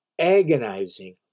agonizing